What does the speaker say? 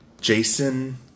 Jason